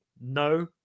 No